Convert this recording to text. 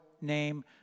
name